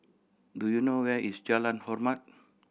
do you know where is Jalan Hormat